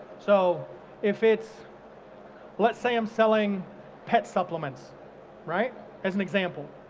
so if it's let's say i'm selling pet supplements right as an example,